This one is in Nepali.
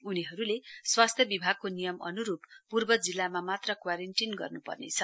उनीहरूले स्वास्थ्य विभागको नियम अन्रूप पूर्व जिल्लामा मात्र क्वारेन्टीन गर्न्पर्नेछ